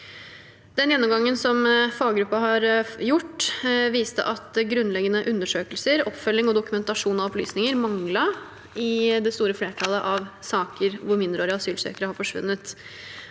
Den gjennomgangen som faggruppen har gjort, viste at grunnleggende undersøkelser, oppfølging og dokumentasjon av opplysninger manglet i det store flertallet av saker hvor mindreårige asylsøkere har forsvunnet.